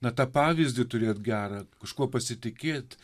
na tą pavyzdį turėt gerą kažkuo pasitikėt